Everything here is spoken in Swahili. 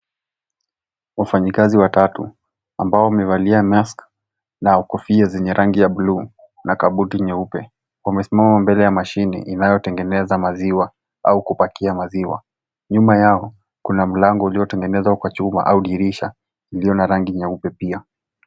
Wafanyikazi watatu ambao wamevalia mask na kofia zenye rangi ya buluu na kabuti nyeupe wamesimama mbele ya mashine inayotengeneza maziwa au kupakia maziwa nyuma yao kuna mlango uliotengenezwa kwa chuma au dirisha iliyo na rangi nyeupe pia.